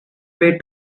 way